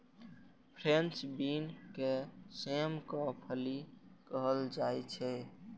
French bean के सेमक फली कहल जाइ छै